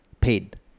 paid